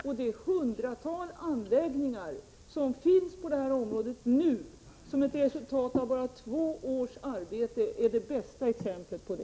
Det bästa exemplet är att det nu finns ett hundratal anläggningar på detta område som ett resultat av vårt arbete under två år.